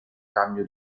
cambio